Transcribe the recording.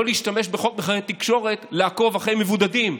להשתמש בחוק נתוני תקשורת לעקוב אחרי מבודדים,